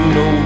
no